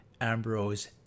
Ambrose